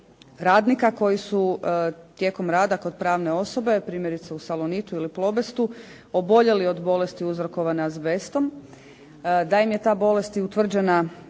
radnika koji su tijekom rada kod pravne osobe, primjerice u "Salonitu" ili "Plobestu" oboljeli od bolesti uzrokovane azbestom, da im je ta bolest i utvrđena